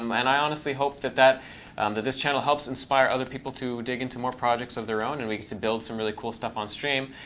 um and i honestly hope that that and this channel helps inspire other people to dig into more projects of their own and we get to build some really cool stuff on stream.